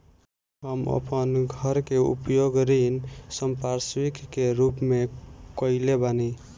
हम अपन घर के उपयोग ऋण संपार्श्विक के रूप में कईले बानी